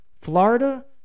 Florida